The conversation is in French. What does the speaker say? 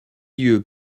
lieux